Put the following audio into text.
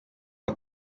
mae